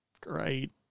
Great